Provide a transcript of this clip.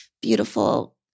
beautiful